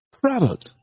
product